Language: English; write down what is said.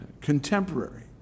contemporary